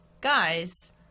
guys